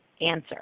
answer